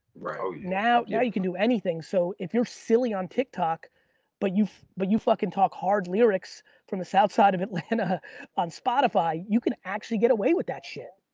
now yeah you could do anything. so if you're silly on tiktok but you but you fucking talk hard lyrics from the south side of atlanta on spotify, you can actually get away with that shit.